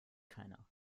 keiner